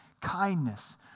kindness